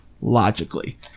logically